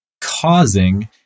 causing